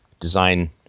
design